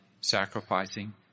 sacrificing